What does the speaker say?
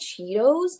Cheetos